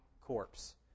corpse